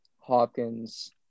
Hopkins